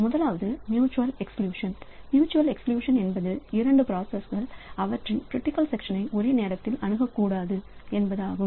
முதலாவது mutual exclusion mutual exclusion என்பது இரண்டு ப்ராசஸ்கல்அவற்றின் கிரிட்டிக்கல் செக்சன் ஒரே நேரத்தில் அணுகக்கூடாது என்பதாகும்